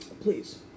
Please